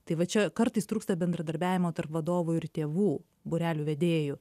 tai va čia kartais trūksta bendradarbiavimo tarp vadovų ir tėvų būrelių vedėjų